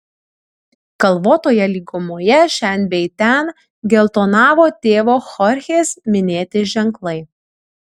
kalvotoje lygumoje šen bei ten geltonavo tėvo chorchės minėti ženklai